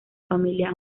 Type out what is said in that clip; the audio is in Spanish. familia